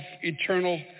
eternal